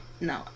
No